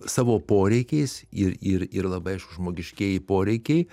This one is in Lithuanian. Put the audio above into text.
savo poreikiais ir ir ir labai aišku žmogiškieji poreikiai